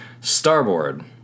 Starboard